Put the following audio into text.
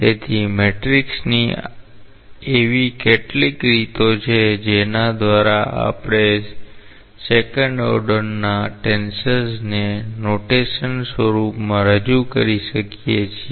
તેથી મેટ્રિક્સની એવી કેટલીક રીતો છે જેના દ્વારા આપણે સેકન્ડ ઓર્ડર ના ટેન્સરને નોટેશનલ સ્વરૂપમાં રજૂ કરી શકીએ છીએ